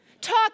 Talk